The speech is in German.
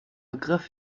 begriffe